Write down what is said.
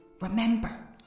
Remember